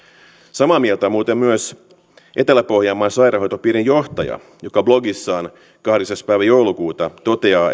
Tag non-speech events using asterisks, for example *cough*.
samaa mieltä oli muuten myös etelä pohjanmaan sairaanhoitopiirin johtaja joka blogissaan kahdeksas päivä joulukuuta toteaa *unintelligible*